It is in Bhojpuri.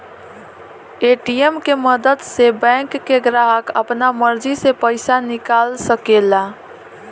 ए.टी.एम के मदद से बैंक के ग्राहक आपना मर्जी से पइसा निकाल सकेला